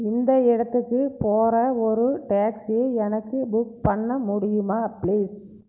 இந்த இடத்துக்கு போகிற ஒரு டாக்ஸியை எனக்கு புக் பண்ண முடியுமா ப்ளீஸ்